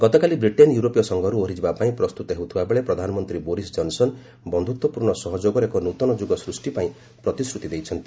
ଗତକାଲି ବ୍ରିଟେନ୍ ୟୁରୋପୀୟ ସଂଘରୁ ଓହରିଯିବାପାଇଁ ପ୍ରସ୍ତୁତ ହେଉଥିବାବେଳେ ପ୍ରଧାନମନ୍ତ୍ରୀ ବୋରିସ୍ ଜନ୍ସନ୍ ବନ୍ଧୁତ୍ୱପୂର୍୍ଣ ସହଯୋଗର ଏକ ନୂତନ ଯୁଗ ସୃଷ୍ଟି ପାଇଁ ପ୍ରତିଶ୍ରତି ଦେଇଛନ୍ତି